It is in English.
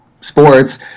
sports